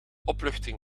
opluchting